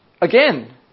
Again